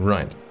Right